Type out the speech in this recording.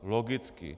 Logicky.